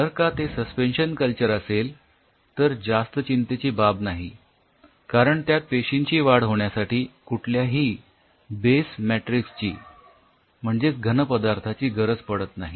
जर का ते सस्पेन्शन कल्चर असेल तर जास्त चिंतेची बाब नाही कारण त्यात पेशींची वाढ होण्यासाठी कुठल्याही बेस मॅट्रिक्स म्हणजेच घन पदार्थाची गरज पडत नाही